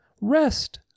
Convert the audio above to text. rest